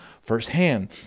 firsthand